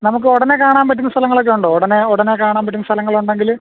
നമുക്ക് ഉടനെ കാണാൻ പറ്റുന്ന സ്ഥലങ്ങളൊക്കെയുണ്ടോ ഉടനെ ഉടനെ കാണാൻ പറ്റുന്ന സ്ഥലങ്ങളുണ്ടെങ്കിൽ